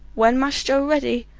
when mass joe ready,